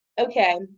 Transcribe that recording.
Okay